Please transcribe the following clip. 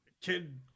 kid